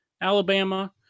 Alabama